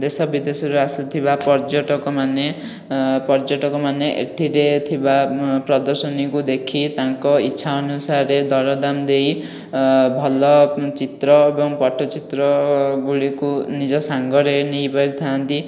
ଦେଶ ବିଦେଶରୁ ଆସୁଥିବା ପର୍ଯ୍ୟଟକମାନେ ପର୍ଯ୍ୟଟକମାନେ ଏଥିରେ ଥିବା ପ୍ରଦର୍ଶନିକୁ ଦେଖି ତାଙ୍କ ଈଚ୍ଛା ଅନୁସାରେ ଦରଦାମ୍ ଦେଇ ଭଲ ଚିତ୍ର ଏବଂ ପଟ୍ଟଚିତ୍ର ଗୁଡ଼ିକୁ ନିଜ ସାଙ୍ଗରେ ନେଇପାରିଥାନ୍ତି